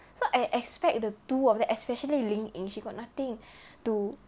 so I expect the two of them especially lin ying she got nothing to